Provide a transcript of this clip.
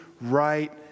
right